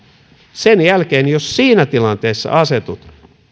jos siinä tilanteessa asetut